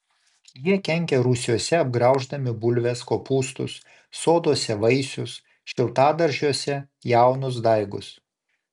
jie kenkia rūsiuose apgrauždami bulves kopūstus soduose vaisius šiltadaržiuose jaunus daigus